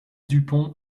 dupont